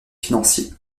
financiers